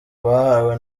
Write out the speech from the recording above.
bahawe